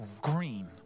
green